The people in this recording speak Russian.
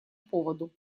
поводу